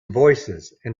voicesand